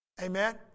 Amen